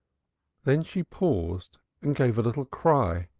then she paused and gave a little cry,